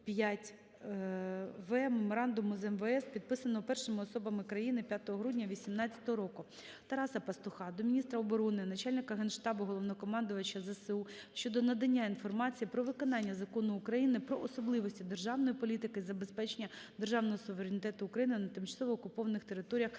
5В Меморандуму з МВФ, підписаного першими особами країни 5 грудня 18-го року. Тараса Пастуха до міністра оборони, Начальника Генштабу - Головнокомандувача ЗСУ щодо надання інформації про виконання Закону України "Про особливості державної політики із забезпечення державного суверенітету України на тимчасово окупованих територіях